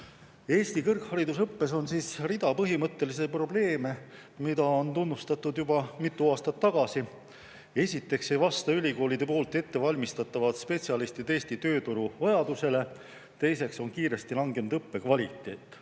Eesti kõrgharidusõppes on rida põhimõttelisi probleeme, mida on tunnistatud juba mitu aastat tagasi. Esiteks ei vasta ülikoolides ettevalmistatavad spetsialistid Eesti tööturu vajadusele, teiseks on kiiresti langenud õppekvaliteet.